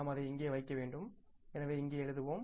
நாம் அதை இங்கே வைக்க வேண்டும் எனவே இங்கே எழுதுவோம்